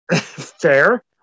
Fair